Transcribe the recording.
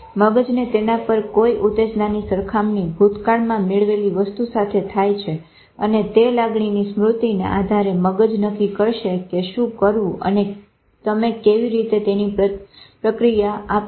મગજને તેના પર કોઈપણ ઉતેજ્નાની સરખામણી ભૂતકાળમાં મેળવેલી વસ્તુ સાથે થાય છે અને તે લાગણીની સ્મૃતિને આધારે મગજ નક્કી કરશે કે શું કરવું અને તમે કેવી રીતે તેની પ્રતિક્રિયા આપશો